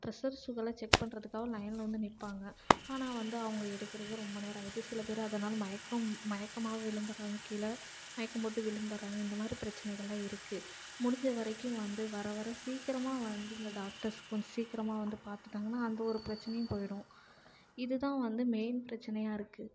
pressure சுகர்லாம் check பண்றதுக்காக லைனில் வந்து நிற்பாங்க ஆனால் வந்து அவங்க எடுக்கிறதே ரொம்ப நேரம் ஆயிடும் சில பேர் அதனால் மயக்கம் மயக்கமாகி விழுந்துடறாங்க கீழே மயக்கம் போட்டு விழுந்துடறாங்க இந்த மாதிரி பிரச்சனைகள்லாம் இருக்குது முடிஞ்ச வரைக்கும் வந்து வர வர சீக்கிரமாக வந்து இந்த டாக்டர்ஸ் கொஞ்சம் சீக்கிரமாக வந்து பார்த்துட்டாங்கன்னா அந்த ஒரு பிரச்சனையும் போயிடும் இது தான் வந்து மெய்ன் பிரச்சனையாக இருக்குது